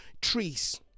trees